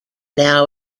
now